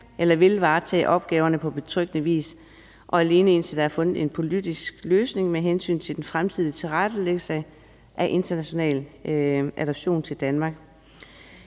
eller vil varetage opgaverne på betryggende vis, og alene, indtil der er fundet en politisk løsning med hensyn til den fremtidige tilrettelæggelse af international adoption til Danmark.